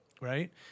right